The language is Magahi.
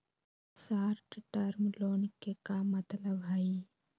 शार्ट टर्म लोन के का मतलब हई?